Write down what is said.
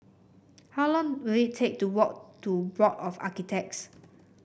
how long will it take to walk to Board of Architects